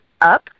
up